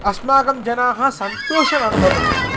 अस्माकं जनाः सन्तोषमनुभवन्ति